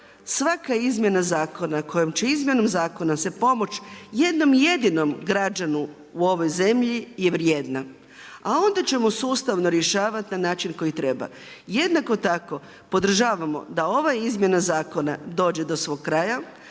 svaka izmjena zakona kojom će izmjenom zakona se pomoć jednom jedinom građanu u ovoj zemlji je vrijedna. A onda ćemo sustavno rješavati na način koji treba. Jednako tako podržavamo da ova izmjena zakona dođe do svog kraja,